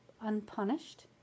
unpunished